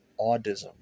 autism